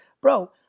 Bro